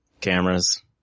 cameras